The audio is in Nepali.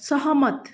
सहमत